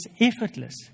effortless